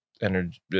Energy